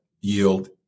yield